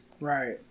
Right